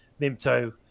mimto